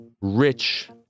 rich